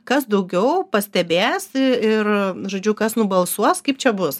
kas daugiau pastebės ir žodžiu kas nubalsuos kaip čia bus